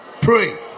Pray